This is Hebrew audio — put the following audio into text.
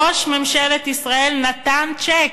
ראש ממשלת ישראל נתן צ'ק,